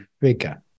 figure